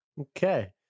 Okay